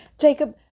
Jacob